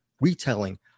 retelling